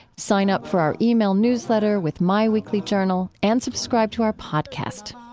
sign up for our yeah e-mail newsletter with my weekly journal and subscribe to our podcast.